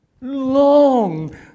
long